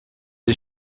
die